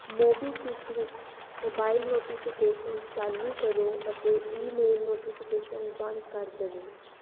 MobiKwik ਵਿੱਚ mobile notification ਚਾਲੂ ਕਰੋ ਅਤੇ ਈਮੇਲ ਨੋਟੀਫਿਕੇਸ਼ਨ ਬੰਦ ਕਰ ਦੇਵੋ